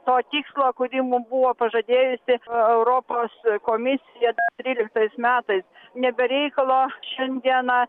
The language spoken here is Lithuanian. to tikslo kurį mum buvo pažadėjusi europos komisija tryliktais metais ne be reikalo šiandieną